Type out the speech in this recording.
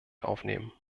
aufnehmen